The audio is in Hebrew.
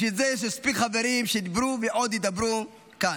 בשביל זה יש מספיק חברים שדיברו ועוד ידברו כאן.